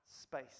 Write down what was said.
space